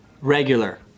regular